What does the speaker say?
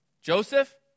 Joseph